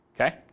Okay